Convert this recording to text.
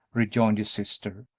rejoined his sister.